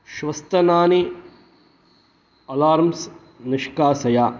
श्वस्तनानि alarms निष्कासय